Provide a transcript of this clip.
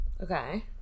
okay